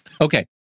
okay